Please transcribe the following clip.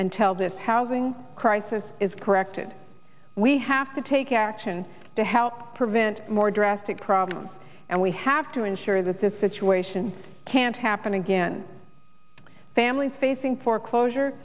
tell this housing crisis is corrected we have to take action to help prevent more drastic problems and we have to ensure that this situation can't happen again families facing foreclosure